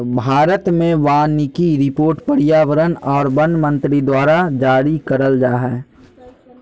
भारत मे वानिकी रिपोर्ट पर्यावरण आर वन मंत्री द्वारा जारी करल जा हय